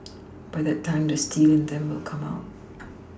by that time the steel in them will come out